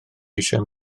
eisiau